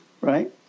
right